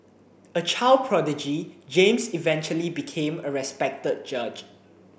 a child prodigy James eventually became a respected judge